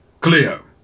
Cleo